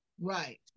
Right